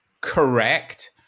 correct